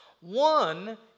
One